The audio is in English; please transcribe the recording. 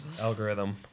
algorithm